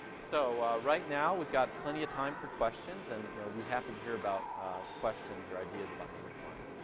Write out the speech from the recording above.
so right now we've got plenty of time for questions, and we'll you know be happy to hear about questions or ideas about native client.